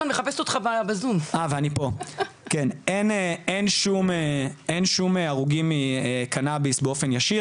אין הרוגים כלל מקנאביס באופן ישיר.